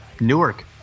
Newark